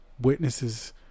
witnesses